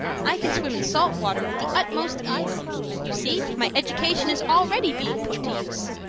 i can swim in salt water with the utmost ease you see my education is already being put to use!